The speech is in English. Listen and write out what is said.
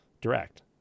direct